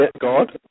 God